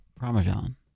Parmesan